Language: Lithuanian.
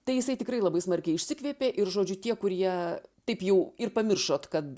tai jisai tikrai labai smarkiai išsikvėpė ir žodžiu tie kurie taip jau ir pamiršot kad